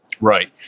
Right